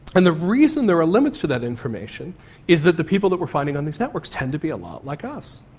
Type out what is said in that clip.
and the reason there are limits to that information is that the people that we're finding on these networks tend to be a lot like us.